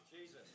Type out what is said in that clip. Jesus